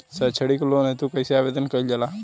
सैक्षणिक लोन हेतु कइसे आवेदन कइल जाला?